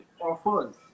offers